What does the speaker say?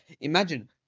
Imagine